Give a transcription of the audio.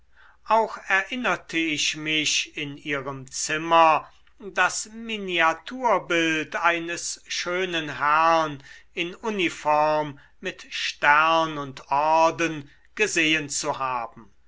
auch erinnerte ich mich in ihrem zimmer das miniaturbild eines schönen herrn in uniform mit stern und orden gesehen zu haben